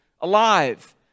alive